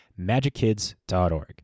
MagicKids.org